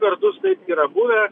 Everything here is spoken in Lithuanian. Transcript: kartus taip yra buvę